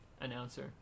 Announcer